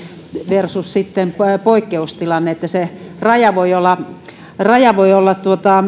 versus sitten poikkeustilanne eli se raja voi olla